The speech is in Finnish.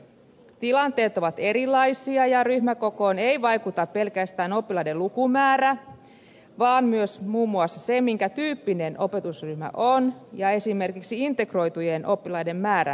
tilanteet ovat erilaisia ja ryhmäkokoon ei vaikuta pelkästään oppilaiden lukumäärä vaan myös muun muassa se minkä tyyppinen opetusryhmä on ja kuinka suuri esimerkiksi integroitujen oppilaiden määrä on luokassa